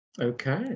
Okay